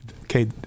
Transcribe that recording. okay